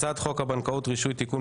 הצעת חוק הבנקאות (רישוי) (תיקון,